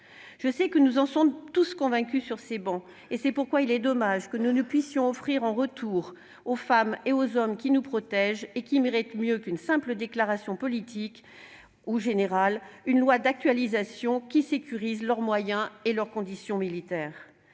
armées- nous en sommes tous ici convaincus, je le sais. C'est pourquoi il est dommage que nous ne puissions offrir en retour aux femmes et aux hommes qui nous protègent, et qui méritent mieux qu'une simple déclaration politique ou générale, une loi d'actualisation sécurisant leurs moyens et leur condition militaire.